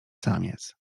samiec